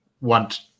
want